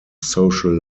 social